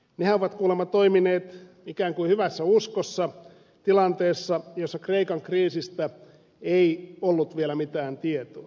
nehän ovat kuulema toimineet ikään kuin hyvässä uskossa tilanteessa jossa kreikan kriisistä ei ollut vielä mitään tietoa